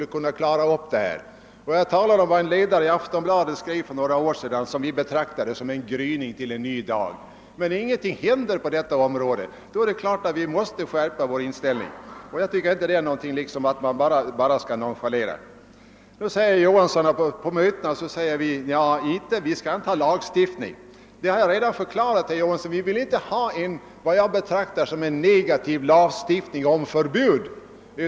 Jag erinrade i mitt förra anförande om vad som skrevs i en ledare i Aftonbladet för några år sedan, någonting som vi betraktade som en gryning till en ny dag. Men när ingenting händer på området är det klart att vi måste skärpa vår inställning. Den här frågan är inte något man kan nonchalera. Herr Johansson säger vidare att vi ute i debatterna säger, att vi inte önskar någon lagstiftning. Jag har ju redan förklarat att vi inte vill ha en, såsom jag betraktar det, negativ lagstiftning om förbud.